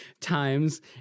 times